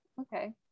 Okay